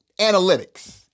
Analytics